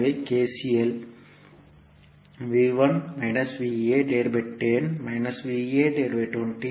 எனவே KCL